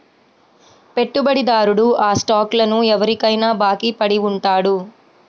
పెట్టుబడిదారుడు ఆ స్టాక్లను ఎవరికైనా బాకీ పడి ఉంటాడు